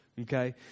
Okay